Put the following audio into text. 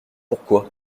pourquoi